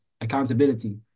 accountability